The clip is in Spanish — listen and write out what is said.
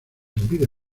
impide